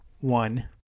One